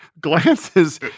glances